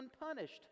unpunished